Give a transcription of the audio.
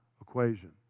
equation